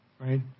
right